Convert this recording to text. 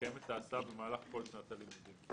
יקיים את ההסעה במהלך כל שנת הלימודים.